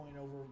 over